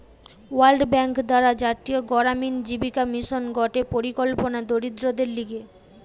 world Bank দ্বারা জাতীয় গড়ামিন জীবিকা মিশন গটে পরিকল্পনা দরিদ্রদের লিগে